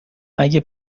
اگه